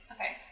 Okay